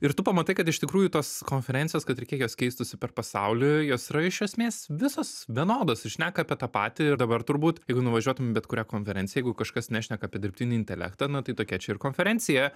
ir tu pamatai kad iš tikrųjų tos konferencijos kad ir kiek jos keistųsi per pasaulį jos yra iš esmės visos vienodos ir šneka apie tą patį ir dabar turbūt jeigu nuvažiuotum į bet kurią konferenciją jeigu kažkas nešneka apie dirbtinį intelektą na tai tokia čia ir konferencija